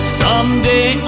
someday